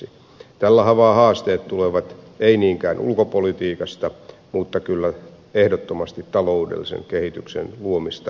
tällä haavaa haasteet tulevat ei niinkään ulkopolitiikasta mutta kyllä ehdottomasti taloudellisen kehityksen luomista haasteista